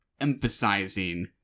emphasizing